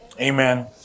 Amen